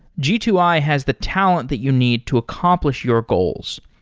g two i has the talent that you need to accomplish your goals.